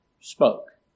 spoke